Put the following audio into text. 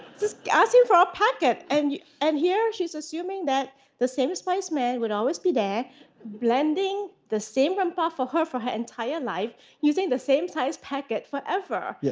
just ask him for a packet. and and here she is assuming that the same spice man would always be there blending the same rempah for her for her entire life using the same sized packet forever. yeah